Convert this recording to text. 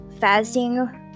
fasting